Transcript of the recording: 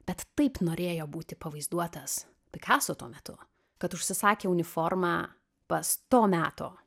bet taip norėjo būti pavaizduotas pikaso tuo metu kad užsisakė uniformą pas to meto